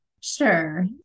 Sure